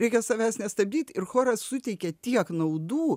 reikia savęs nestabdyt ir choras suteikia tiek naudų